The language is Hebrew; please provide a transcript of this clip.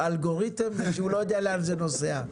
האלגוריתם ושהוא לא יודע לאן הוא נוסע.